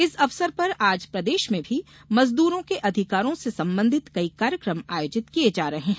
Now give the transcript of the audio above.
इस अवसर पर आज प्रदेश में भी मजदूरों के अधिकारों से संबंधित कई कार्यक्रम आयोजित किये जा रहे हैं